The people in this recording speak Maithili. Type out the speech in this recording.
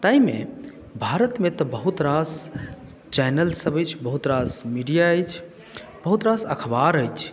ताहिमे भारतमे तऽ बहुत रास चैनलसभ अछि बहुत रास मीडिया अछि बहुत रास अखबार अछि